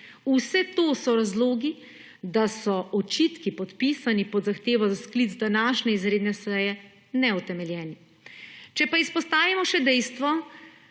Vse to so razlogi, da so očitki, podpisani pod zahtevo za sklic današnje izredne seje, neutemeljeni. Če pa izpostavimo še dejstvo,